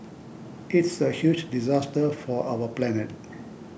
it's a huge disaster for our planet